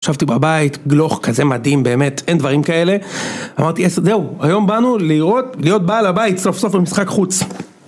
חשבתי בבית, גלוך כזה מדהים באמת, אין דברים כאלה אמרתי, זהו, היום באנו להיות בעל הבית סוף סוף במשחק חוץ